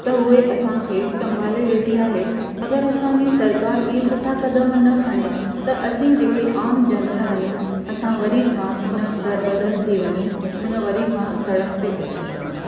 त हुए असांखे संभाले वेठी आहे अगरि असांजी सरकार इहे सुठा कदमु न खणे त असी जेके आम जनता आहियूं असां वरी खां हुन दरि बदरि थी वञूं हुन वरी खां सड़क ते अची वञूं